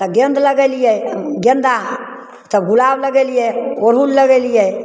तऽ गेन्द लगेलिए गेन्दा तब गुलाब लगेलिए अड़हुल लगेलिए